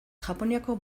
japoniako